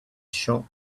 shop